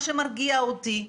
מה שמרגיע אותי,